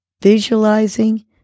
visualizing